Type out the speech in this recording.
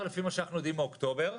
לפי מה שאנחנו יודעים, מאוקטובר.